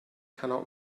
cannot